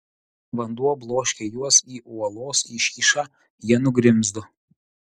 vanduo bloškė juos į uolos iškyšą jie nugrimzdo